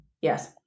Yes